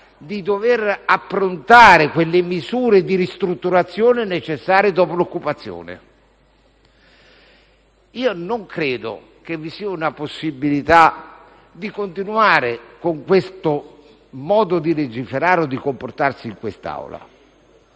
di approntare le misure di ristrutturazione necessarie dopo l'occupazione. Non credo sia possibile continuare con questo modo di legiferare o di comportarsi in quest'Aula.